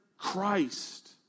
Christ